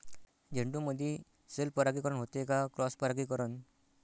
झेंडूमंदी सेल्फ परागीकरन होते का क्रॉस परागीकरन?